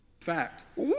fact